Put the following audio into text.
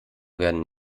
werden